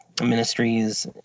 ministries